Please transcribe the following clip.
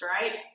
right